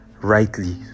rightly